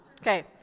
Okay